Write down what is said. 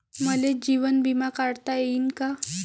मले जीवन बिमा काढता येईन का?